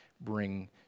bring